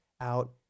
out